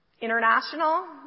International